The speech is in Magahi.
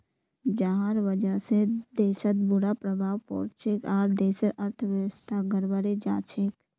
जहार वजह से देशत बुरा प्रभाव पोरछेक आर देशेर अर्थव्यवस्था गड़बड़ें जाछेक